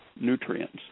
nutrients